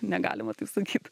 negalima taip sakyt